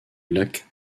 lac